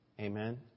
Amen